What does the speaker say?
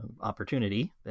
opportunity